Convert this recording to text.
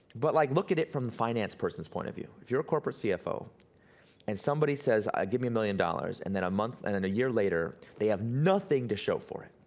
but like look at it from the finance person's point of view. if you're a corporate cfo and somebody says, give me a million dollars, and then and and a year later they have nothing to show for it.